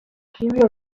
chimica